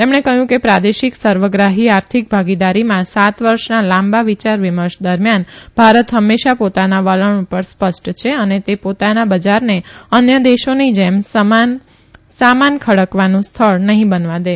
તેમણે કહયું કે પ્રાદેશિક સર્વગ્રાહી આર્થિક ભાગીદારીમાં સાત વર્ષના લાંબા વિચાર વિમર્શ દરમ્યાન ભારત હંમેશા પોતાના વલણ પર સ્પષ્ટ છે અને તે પોતાના બજારને અન્ય દેશોની જેમ સામાન ખડકવાનું સ્થળ નહી બનવા દે